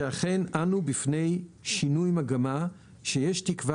שאכן אנו בפני שינוי מגמה שיש תקווה